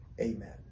amen